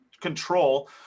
control